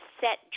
set